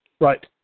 Right